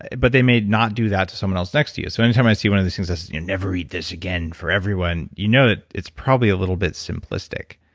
but they may not do that to someone else next to you. so anytime i see one of these things that's, never eat this again, for everyone, you know that it's probably a little bit simplistic